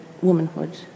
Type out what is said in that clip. womanhood